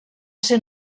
ser